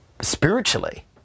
Spiritually